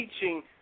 teaching